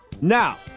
Now